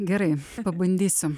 gerai pabandysiu